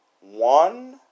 One